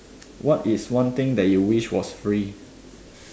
what is one thing that you wish was free